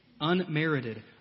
unmerited